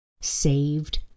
saved